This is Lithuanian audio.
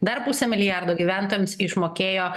dar pusę milijardo gyventojams išmokėjo